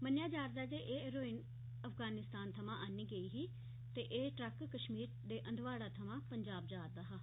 मन्नेआ जा'रदा ऐ जे एह हेरोईन अफगानिस्तान थमां आन्नी गेदी ही ते एह ट्रक कश्मीर दे हंदवाड़ा थमां पंजाब जा'रदा हा